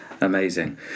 Amazing